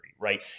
right